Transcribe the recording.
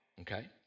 okay